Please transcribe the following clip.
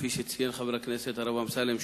כפי שציין חבר הכנסת הרב אמסלם,